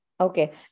Okay